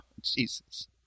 Jesus